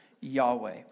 Yahweh